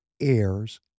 heirs